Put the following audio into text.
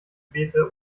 beete